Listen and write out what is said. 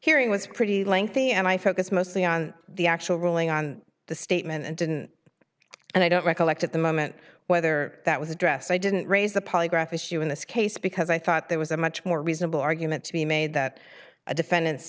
hearing was pretty lengthy and i focused mostly on the actual ruling on the statement and didn't and i don't recollect at the moment whether that was a dress i didn't raise the polygraph issue in this case because i thought there was a much more reasonable argument to be made that a defendant